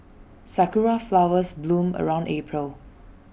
Sakura Flowers bloom around April